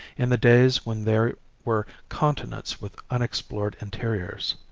in the days when there were continents with unexplored interiors.